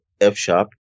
F-sharp